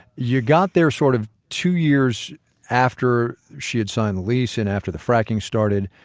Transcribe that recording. you got there sort of two years after she had signed the lease and after the fracking started.